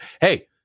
hey